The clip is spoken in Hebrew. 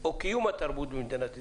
או קיום התרבות במדינת ישראל.